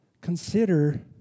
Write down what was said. Consider